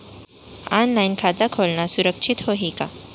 Online खाता खोलना सुरक्षित होही का?